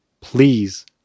please